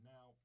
Now